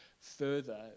further